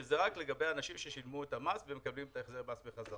שזה רק לגבי אנשים ששילמו את המס ומקבלים את החזר המס בחזרה.